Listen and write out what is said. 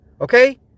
Okay